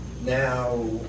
Now